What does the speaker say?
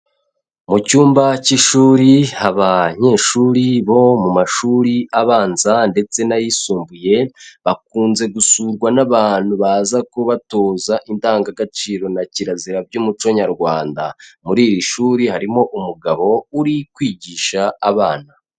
Mu cyumba cy'ishuri abanyeshuri bo mu mashuri abanza ndetse n'ayisumbuye, bakunze gusurwa n'abantu baza kubatoza indangagaciro na kirazira by'umuco Nyarwanda, muri iri shuri harimo umugabo uri kwigisha abana.